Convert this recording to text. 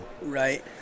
Right